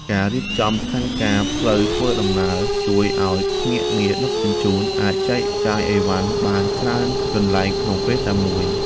ការរៀបចំផែនការផ្លូវធ្វើដំណើរជួយឱ្យភ្នាក់ងារដឹកជញ្ជូនអាចចែកចាយអីវ៉ាន់បានច្រើនកន្លែងក្នុងពេលតែមួយ។